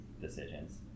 decisions